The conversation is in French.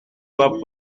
vas